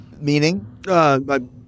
meaning